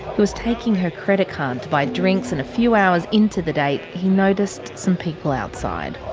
he was taking her credit card to buy drinks. and a few hours into the date, he noticed some people outside.